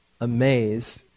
amazed